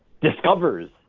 discovers